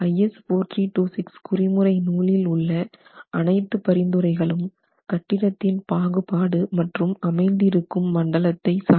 IS 4326 குறிமுறை நூலில் உள்ள அனைத்து பரிந்துரைகளும் கட்டிடத்தின் பாகுபாடு மற்றும் அமைந்து இருக்கும் மண்டலத்தை சார்ந்தது